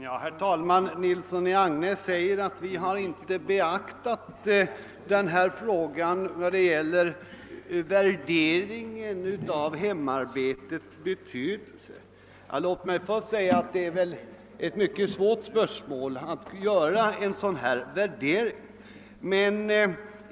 Herr talman! Herr Nilsson i Agnäs påstår att vi inte har beaktat kravet på en värdering av hemarbetets bety delse. Låt mig då säga att det är en mycket svår uppgift att göra en sådan värdering.